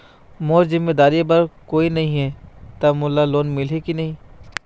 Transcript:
मोर जिम्मेदारी बर कोई नहीं हे त मोला लोन मिलही की नहीं?